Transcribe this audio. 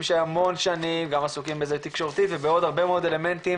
שהמון שנים גם עסוקים בזה תקשורתית ובעוד הרבה מאוד אלמנטים